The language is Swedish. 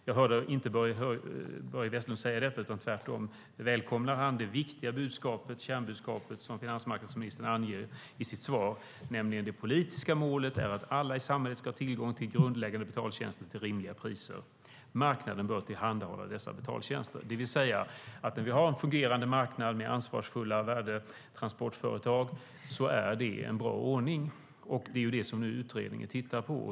Jag hörde inte Börje Vestlund säga detta, utan tvärtom välkomnar han det viktiga kärnbudskapet som finansmarknadsministern ger i sitt svar, nämligen: Det politiska målet är att alla i samhället ska ha tillgång till grundläggande betaltjänster till rimliga priser. Marknaden bör tillhandahålla dessa betaltjänster. Det vill säga att när vi har en fungerande marknad med ansvarsfulla värdetransportföretag är det en bra ordning. Det är detta som utredningen tittar på.